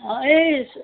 অঁ এই